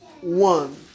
one